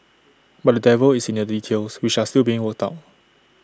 but the devil is in the details which are still being worked out